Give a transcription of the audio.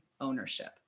ownership